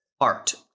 art